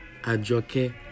Ajoke